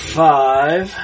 five